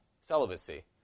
celibacy